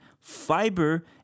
fiber